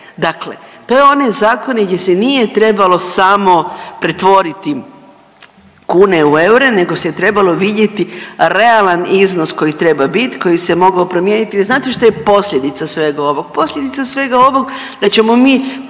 Dakle, to je onaj zakon gdje se nije trebalo samo pretvoriti kune u eure, nego se trebalo vidjeti realan iznos koji treba biti, koji se mogao promijeniti. Jer znate što je posljedica svega ovog? Posljedica svega ovog da ćemo mi